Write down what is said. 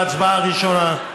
בהצבעה הראשונה.